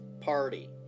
Party